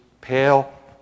pale